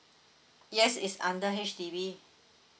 yes is under H_D_B